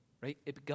right